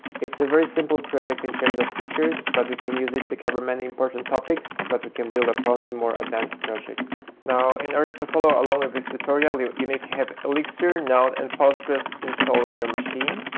it's a very simple project in terms of features, but we can use it to cover many important topics that but we can build upon in more advanced projects. now, in order to follow along with this tutorial, you you need to have elixir, node, and postgres installed on your machine.